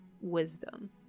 wisdom